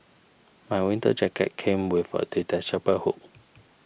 my winter jacket came with a detachable hood